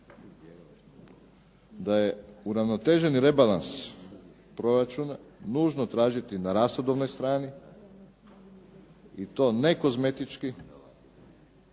da je uravnoteženi rebalans proračuna nužno tražiti na rashodovnoj strani i to ne kozmetički,